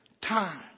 time